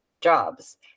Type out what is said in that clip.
jobs